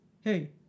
hey